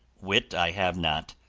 wit i have not,